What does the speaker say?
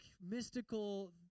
mystical